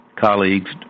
colleagues